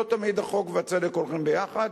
לא תמיד החוק והצדק הולכים יחד,